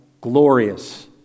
Glorious